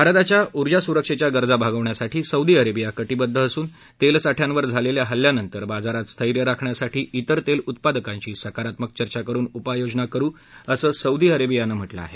भारताच्या ऊर्जा सुरक्षेच्या गरजा भागवण्यासाठी सौदी अरेबिया कटीबद्ध असून तेलसाठयांवर झालेल्या हल्ल्यानंतर बाजारात स्थैर्य राखण्यासाठी इतर तेल उत्पादकांशी सकारात्मक चर्चा करुन उपाययोजना करु असं सौदी अरेबियानं म्हटलं आहे